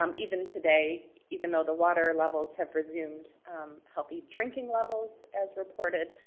um even today, even though the water levels have resumed healthy drinking levels, as reported,